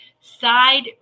Side